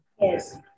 Yes